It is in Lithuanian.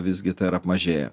visgi tai yra apmažėję